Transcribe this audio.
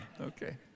Okay